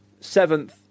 seventh